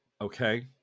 Okay